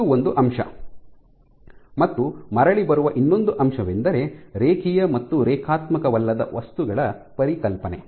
ಇದು ಒಂದು ಅಂಶ ಮತ್ತು ಮರಳಿ ಬರುವ ಇನ್ನೊಂದು ಅಂಶವೆಂದರೆ ರೇಖೀಯ ಮತ್ತು ರೇಖಾತ್ಮಕವಲ್ಲದ ವಸ್ತುಗಳ ಪರಿಕಲ್ಪನೆ